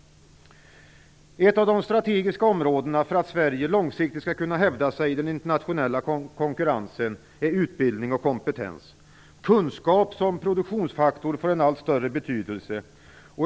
Ett av de strategiska områdena för att Sverige långsiktigt skall kunna hävda sig i den internationella konkurrensen är utbildning och kompetens. Kunskap som produktionsfaktor får en allt större betydelse.